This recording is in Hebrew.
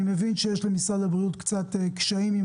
אני מבין שיש למשרד הבריאות קצת קשיים עם